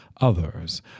others